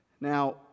Now